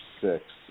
six